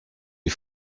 des